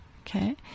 Okay